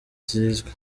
kizwi